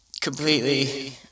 completely